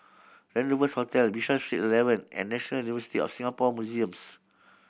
Rendezvous Hotel Bishan Street Eleven and National University of Singapore Museums